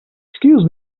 excuse